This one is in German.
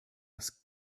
das